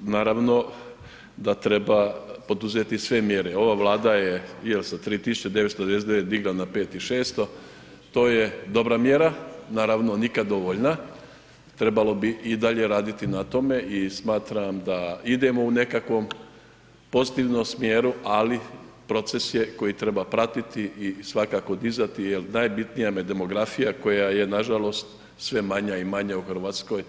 naravno da treba poduzeti sve mjere, ova Vlada je jel sa 3.999,00 digla na 5.600,00 kn, to je dobra mjera, naravno nikad dovoljna, trebalo bi i dalje raditi na tome i smatram da idemo u nekakvom pozitivnom smjeru, ali proces je koji treba pratiti i svakako dizati jel najbitnija je demografija koja je nažalost sve manja i manja u RH već godinama.